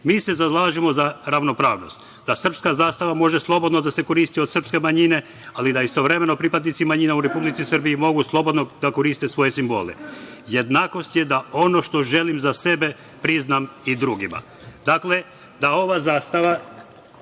mi se zalažemo za ravnopravnost – da srpska zastava može slobodno da se koristi od srpske manjine, ali da istovremeno pripadnici manjina u Republici Srbiji mogu slobodno da koriste svoje simbole. Jednakost je da ono što želim za sebe priznam i drugima. Dakle, da ova zastava